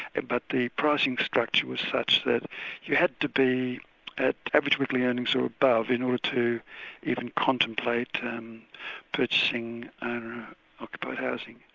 ah but the pricing structure was such that you had to be at average weekly earnings or above in order to even contemplate purchasing owner-occupied housing.